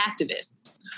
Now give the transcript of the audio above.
activists